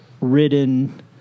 ridden